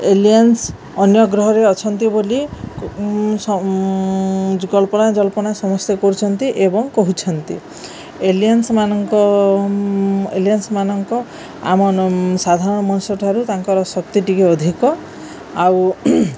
aliens ଅନ୍ୟ ଗ୍ରହରେ ଅଛନ୍ତି ବୋଲି କଳ୍ପନା ଜଳ୍ପନା ସମସ୍ତେ କରୁଛନ୍ତି ଏବଂ କହୁଛନ୍ତି ଏଲିଏନ୍ସମାନଙ୍କ ଏଲିଏନ୍ସମାନଙ୍କ ଆମ ସାଧାରଣ ମଣିଷଠାରୁ ତାଙ୍କର ଶକ୍ତି ଟିକେ ଅଧିକ ଆଉ